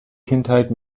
kindheit